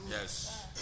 Yes